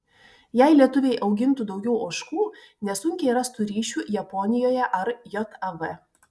jei lietuviai augintų daugiau ožkų nesunkiai rastų ryšių japonijoje ar jav